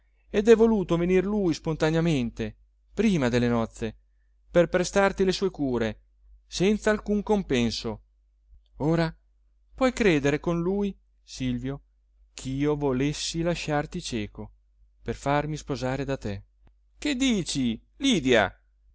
ed è voluto venir lui spontaneamente prima delle nozze per prestarti le sue cure senz'alcun compenso ora puoi credere con lui silvio ch'io volessi lasciarti cieco per farmi sposare da te che dici lydia